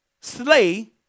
slay